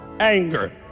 Anger